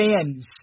fans